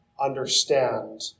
understand